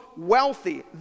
Wealthy